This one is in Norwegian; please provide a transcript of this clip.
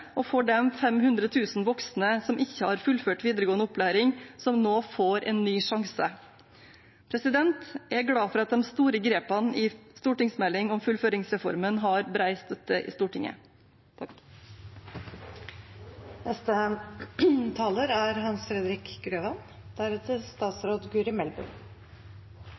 og for de 500 000 voksne som ikke har fullført videregående opplæring, som nå får en ny sjanse. Jeg er glad for at de store grepene i stortingsmeldingen om fullføringsreformen har bred støtte i Stortinget. Hvert år er